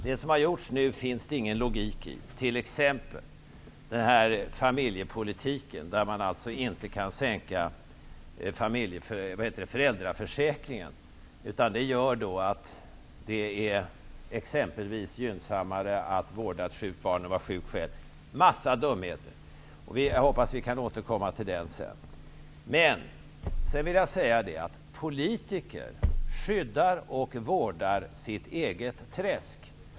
Det som nu har gjorts finns det ingen logik i, exempelvis familjepolitiken där man inte kan sänka föräldraförsäkringen. Det gör exempelvis att det är gynnsammare att vårda ett sjukt barn än att vara sjuk själv -- en massa dumheter. Jag hoppas att vi kan återkomma till den frågan senare. Politiker skyddar och vårdar sitt eget träsk.